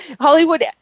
Hollywood